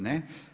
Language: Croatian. Ne.